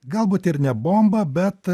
galbūt ir ne bomba bet